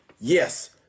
yes